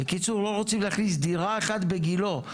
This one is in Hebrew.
בקיצור, לא רוצים להכניס דירה אחת בגילה.